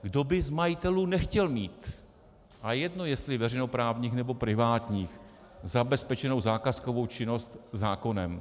Kdo by z majitelů nechtěl mít, a je jedno, jestli veřejnoprávních, nebo privátních, zabezpečenou zakázkovou činnost zákonem?